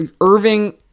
Irving